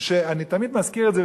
אני תמיד מזכיר את זה,